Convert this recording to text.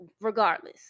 regardless